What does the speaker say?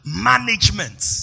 management